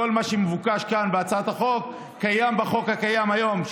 כל מה שמבוקש כאן בהצעת החוק קיים בחוק הקיים היום.